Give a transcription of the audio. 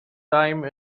time